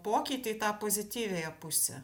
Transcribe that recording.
pokytį į tą pozityviąją pusę